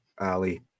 Ali